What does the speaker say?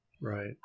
Right